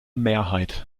mehrheit